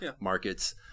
markets